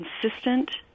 consistent